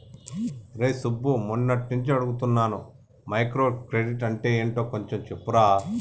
రేయ్ సుబ్బు, మొన్నట్నుంచి అడుగుతున్నాను మైక్రో క్రెడిట్ అంటే యెంటో కొంచెం చెప్పురా